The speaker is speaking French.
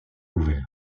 ouverts